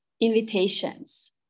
invitations